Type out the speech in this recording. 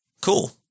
Cool